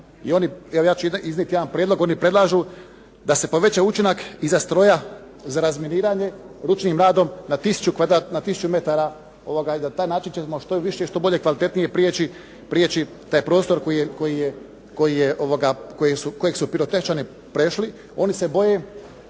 i oni, evo ja ću iznijeti jedan prijedlog. Oni predlažu da se poveća učinak i za stroj za razminiranje ručnim radom na tisuću metara i na taj način ćemo što više i što bolje kvalitetnije prijeći taj prostor kojeg su pirotehničari prešli. Oni se boje